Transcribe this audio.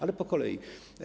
Ale po kolei.